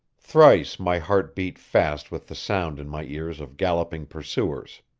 thrice my heart beat fast with the sound in my ears of galloping pursuers.